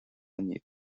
inniu